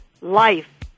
life